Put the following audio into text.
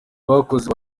bakoze